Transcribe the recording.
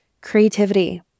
Creativity